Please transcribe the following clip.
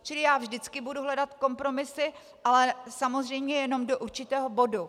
Čili já vždycky budu hledat kompromisy, ale samozřejmě jenom do určitého bodu.